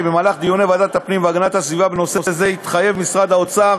כי בדיוני ועדת הפנים והגנת הסביבה בנושא זה התחייב משרד האוצר